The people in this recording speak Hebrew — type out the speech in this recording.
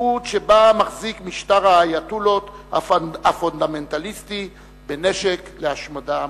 מציאות שבה מחזיק משטר האייטולות הפונדמנטליסטי בנשק להשמדה המונית.